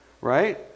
right